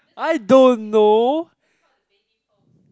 i dont know